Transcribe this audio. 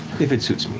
if it suits